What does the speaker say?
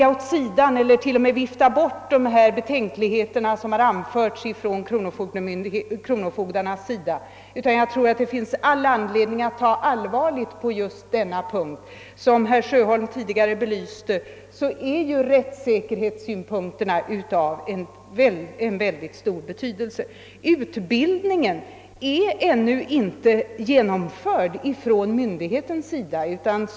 Man kan inte bara vifta bort de betänkligheter som kronofogdarna anfört, utan det finns all anledning att ta allvarligt på denna fråga. Som herr Sjöholm belyste är rättssäkerhetssynpunkten av mycket stor betydelse. Någon utbildning har myndigheterna ännu inte anordnat.